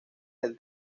del